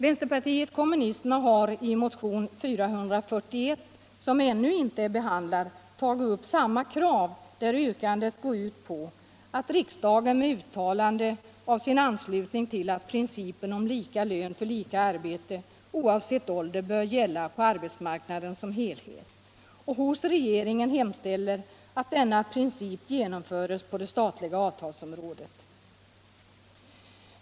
Vänsterpartiet kommunisterna har i motion 1975/76:441, som iännu inte har behandlats, tagit upp samma krav och yrkat att riksdagen, med uttalande av sin anslutning till att principen om lika lön för lika arbete oavsett ålder bör gälla på arbetsmarknaden som helhet, hos regeringen hemställer att denna princip genomförs på det statliga avtalsområdet.